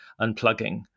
unplugging